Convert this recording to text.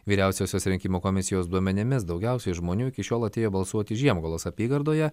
vyriausiosios rinkimų komisijos duomenimis daugiausiai žmonių iki šiol atėjo balsuoti žiemgalos apygardoje